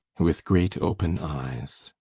with great, open eyes.